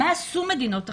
מה עשו מדינות אחרות,